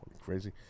Crazy